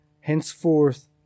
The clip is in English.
Henceforth